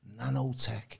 nanotech